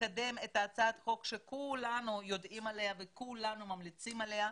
לקדם את הצעת החוק שכולנו יודעים עליה וכולנו ממליצים עליה,